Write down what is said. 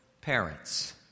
parents